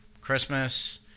Christmas